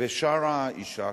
ושרה אשה.